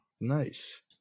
nice